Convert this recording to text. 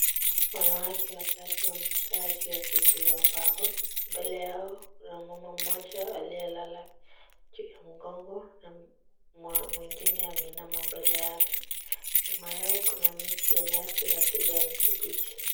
Wanawake watatu wamekaa juu ya viti vya mbao. Mbele yao kuna mama mmoja aliyelala juu ya mgongo na mwingine ameinama mbele yake. Nyuma yao kuna miti ya nyasi za kijani kibichi.